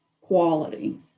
quality